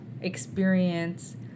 experience